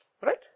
Right